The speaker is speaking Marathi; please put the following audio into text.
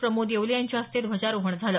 प्रमोद येवले यांच्या हस्ते ध्वजारोहण झालं